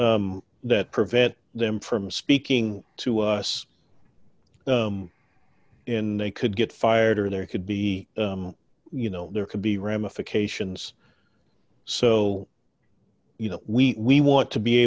that prevent them from speaking to us in they could get fired or there could be you know there could be ramifications so you know we want to be